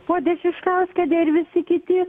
ponia šiškauskienė ir visi kiti